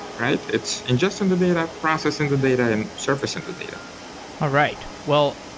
right? it's ingesting the data, processing the data and surfacing the data all right. well,